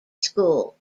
school